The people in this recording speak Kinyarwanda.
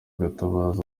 gatabazi